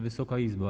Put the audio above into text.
Wysoka Izbo!